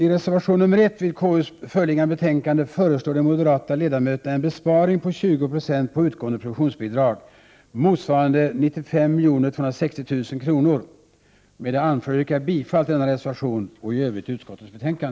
I reservation nr 1 vid KU:s föreliggande betänkande föreslår de moderata ledamöterna en besparing på 20 20 på utgående produktionsbidrag, motsvarande 95 260 000 kr. Med det anförda yrkar jag bifall till denna reservation och i övrigt till utskottets hemställan.